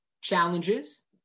challenges